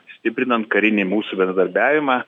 stiprinant karinį mūsų bendradarbiavimą